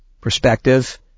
perspective